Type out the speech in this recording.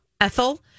Ethel